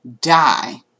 die